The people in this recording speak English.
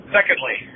Secondly